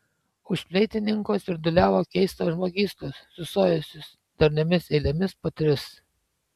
už fleitininko svirduliavo keistos žmogystos sustojusios darniomis eilėmis po tris